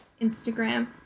Instagram